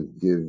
give